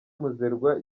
muzerwa